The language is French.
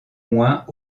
moins